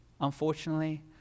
unfortunately